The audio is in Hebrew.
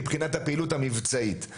מבחינת הפעילות המבצעית.